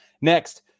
Next